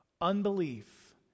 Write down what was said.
Unbelief